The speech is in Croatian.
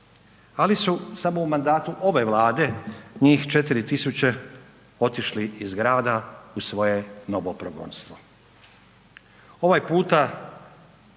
ali su samo u mandatu ove Vlade njih 4.000 otišli iz grada u svoje novo progonstvo.